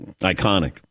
iconic